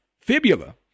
fibula